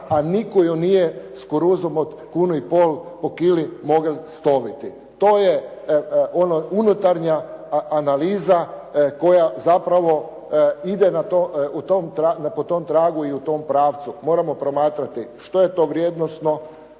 a nitko ju nije s kuruzom od kunu i pol po kili megel stoviti. To je unutarnja analiza koja zapravo ide u tom, po tom tragu i u tom pravcu. Moramo promatrati što je to vrijednosno,